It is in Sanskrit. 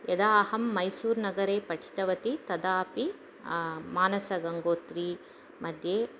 यदा अहं मैसूर्नगरे पठितवती तदापि मानस गङ्गोत्रिमध्ये